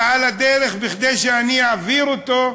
ועל הדרך, כדי שאני אעביר אותו,